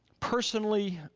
personally,